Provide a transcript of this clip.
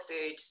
food